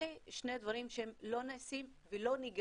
אלה שני דברים שלא נעשים, לא ניגשים